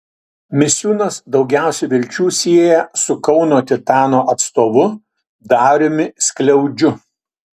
misiūnas daugiausia vilčių sieja su kauno titano atstovu dariumi skliaudžiu